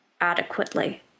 adequately